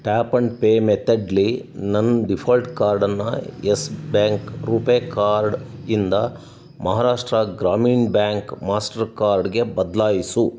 tap and pay ಮೆತಡ್ಲಿ ನನ್ನ default ಕಾರ್ಡನ್ನು ಎಸ್ ಬ್ಯಾಂಕ್ ರೂಪೇ ಕಾರ್ಡ್ ಇಂದ ಮಹಾರಾಷ್ಟ್ರ ಗ್ರಾಮೀಣ ಬ್ಯಾಂಕ್ ಮಾಸ್ಟರ್ ಕಾರ್ಡ್ಗೆ ಬದಲಾಯಿಸು